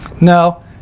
No